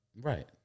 Right